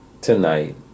tonight